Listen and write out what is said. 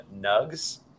Nugs